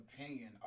opinion